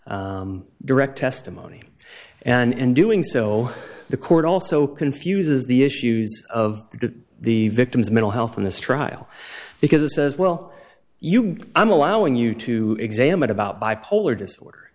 direct testimony and doing so the court also confuses the issues of the victim's mental health in this trial because it says well you i'm allowing you to examine about bipolar disorder